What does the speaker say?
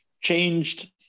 changed